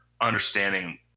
understanding